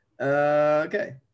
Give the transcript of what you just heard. Okay